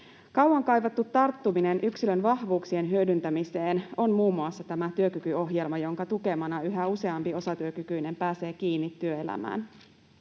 Kauan kaivattu tarttuminen yksilön vahvuuksien hyödyntämiseen on muun muassa tämä työkykyohjelma, jonka tukemana yhä useampi osatyökykyinen pääsee kiinni työelämään.